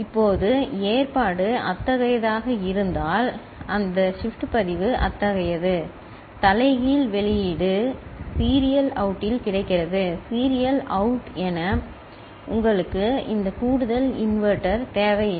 இப்போது ஏற்பாடு அத்தகையதாக இருந்தால் அந்த ஷிப்ட் பதிவு அத்தகையது தலைகீழ் வெளியீடு சீரியல் அவுட்டில் கிடைக்கிறது சீரியல் அவுட் என உங்களுக்கு இந்த கூடுதல் இன்வெர்ட்டர் தேவையில்லை